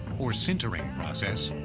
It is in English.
or sintering process,